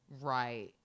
right